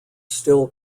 still